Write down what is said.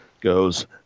goes